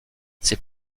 ses